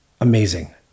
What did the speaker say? amazing